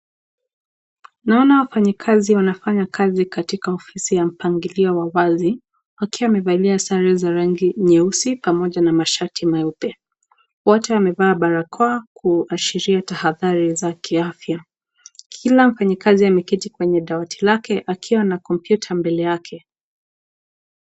Naona wafanyikazi wanafanya kazi katika ofisi ya mpangilio wa wazi, wakiwa wamevalia sare za rangi nyeusi pamoja na mashati meupe, wote wamevaa barakoa kuashiria tahadhari za kiafya, kila mfanyi kazi ameketi kwenye dawati lake akiwa na computer mbele yake.